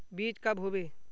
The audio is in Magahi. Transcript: बीज कब होबे?